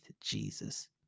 Jesus